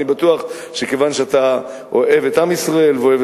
אני בטוח שכיוון שאתה אוהב את עם ישראל ואוהב